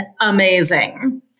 amazing